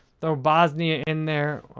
throw bosnia in there.